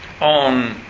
on